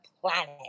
planet